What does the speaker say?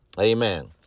Amen